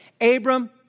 Abram